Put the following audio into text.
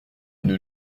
une